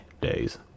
days